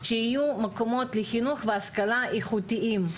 שיהיו מקומות לחינוך והשכלה איכותיים.